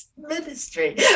ministry